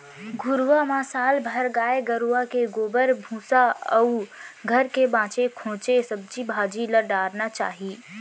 घुरूवा म साल भर गाय गरूवा के गोबर, भूसा अउ घर के बांचे खोंचे सब्जी भाजी ल डारना चाही